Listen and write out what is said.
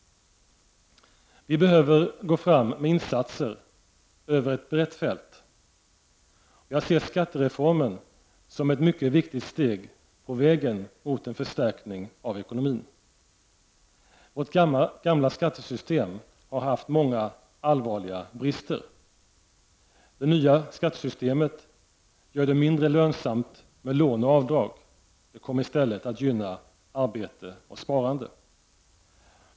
Vi behöver gå fram med insatser över ett brett fält. Jag ser skattereformen som ett mycket viktigt steg på vägen mot en förstärkning av ekonomin. Vårt gamla skattesystem har haft många allvarliga brister. Det nya skattesystemet gör det mindre lönsamt med lån och avdrag. Det kommer i stället att gynna arbete och sparande.